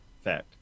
fact